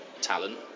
talent